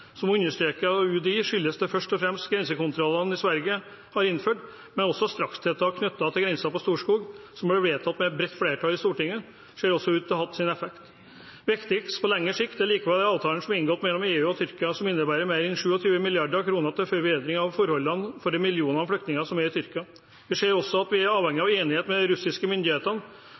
Som understreket av UDI skyldes det først og fremst grensekontrollen Sverige har innført, men også strakstiltak knyttet til grensen på Storskog, som ble vedtatt med et bredt flertall i Stortinget, ser ut til å ha hatt sin effekt. Viktigst på lengre sikt er likevel avtalen som er inngått mellom EU og Tyrkia, som innebærer mer enn 27 mrd. kr til forbedring av forholdene for de millionene flyktninger som er i Tyrkia. Vi ser også at vi er avhengige